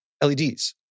LEDs